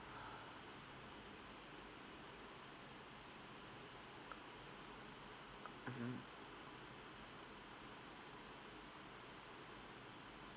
mmhmm